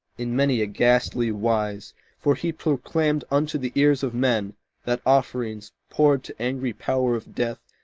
in many a ghastly wise for he proclaimed unto the ears of men that offerings, poured to angry power of death,